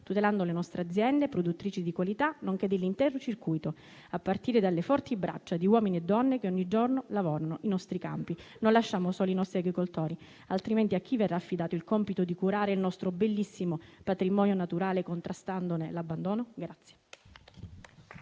tutelando le nostre aziende produttrici di qualità nonché dell'intero circuito, a partire dalle forti braccia di uomini e donne che ogni giorno lavorano i nostri campi. Non lasciamo soli i nostri agricoltori, altrimenti a chi verrà affidato il compito di curare il nostro bellissimo patrimonio naturale, contrastandone l'abbandono?